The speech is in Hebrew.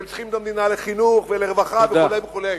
הם צריכים את המדינה לחינוך ולרווחה וכו' וכו'.